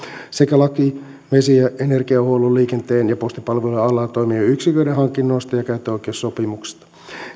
sekä laki vesi ja energiahuollon liikenteen ja postipalvelujen alalla toimivien yksiköiden hankinnoista ja ja käyttöoikeussopimuksista